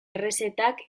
errezetak